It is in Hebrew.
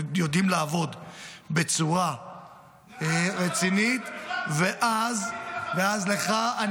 יודעים לעבוד בצורה רצינית -- נראה לי שאתה לא הקשבת בכלל.